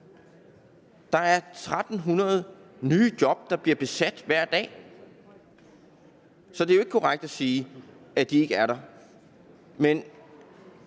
Der er 1.300 nye job, der bliver besat hver dag, så det er jo ikke korrekt at sige, at de ikke er der.